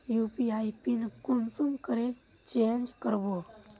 UPI PIN कुंसम करे change करबो?